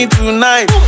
tonight